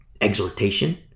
exhortation